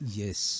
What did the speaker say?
yes